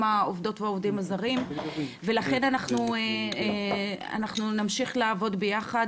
העבודות והעובדים הזרים ולכן אנחנו נמשיך לעבוד ביחד.